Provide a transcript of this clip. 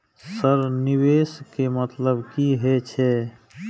Sir निवेश के मतलब की हे छे?